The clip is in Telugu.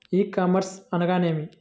ఈ కామర్స్ అనగా నేమి?